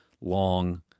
long